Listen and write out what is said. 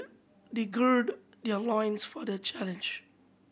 they gird their loins for the challenge